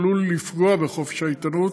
עלולה לפגוע בחופש העיתונות,